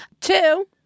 Two